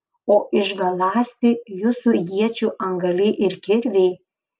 o išgaląsti jūsų iečių antgaliai ir kirviai